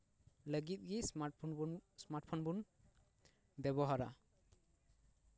ᱞᱟᱹᱜᱤᱫ ᱜᱮ smart phone ᱵᱚᱱ ᱮᱥᱢᱟᱨᱴ ᱯᱷᱳᱱ ᱵᱚᱱ ᱵᱮᱵᱚᱦᱟᱨᱟ